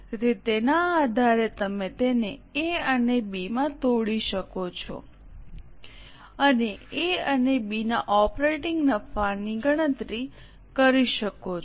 તેથી તેના આધારે તમે તેને A અને B માં તોડી શકો છો અને A અને B ના ઓપરેટીંગ નફાની ગણતરી કરી શકો છો